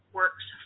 works